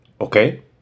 okay